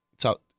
Talk